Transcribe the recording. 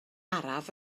araf